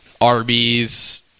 Arby's